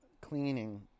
cleaning